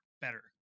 better